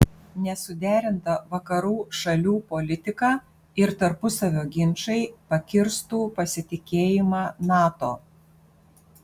nesuderinta vakarų šalių politika ir tarpusavio ginčai pakirstų pasitikėjimą nato